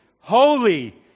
Holy